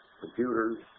computers